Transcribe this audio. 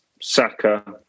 Saka